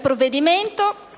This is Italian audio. provvedimento